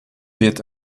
wird